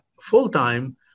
full-time